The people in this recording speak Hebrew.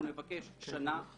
אנחנו נבקש שנה.